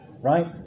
right